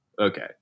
Okay